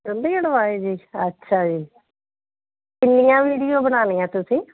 ਚੰਡੀਗੜੋਂ ਆਏ ਜੇ ਅੱਛਾ ਜੀ ਕਿੰਨੀਆਂ ਵੀਡੀਓ ਬਣਾਉਣੀਆਂ ਤੁਸੀਂ